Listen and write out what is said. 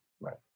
Right